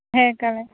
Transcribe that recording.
hair colour